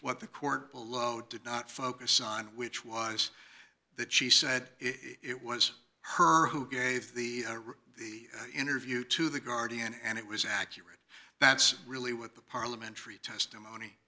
what the court did not focus on which was that she said it was her who gave the interview to the guardian and it was accurate that's really what the parliamentary testimony